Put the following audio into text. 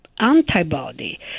antibody